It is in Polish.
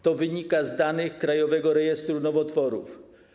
To wynika z danych Krajowego Rejestru Nowotworów.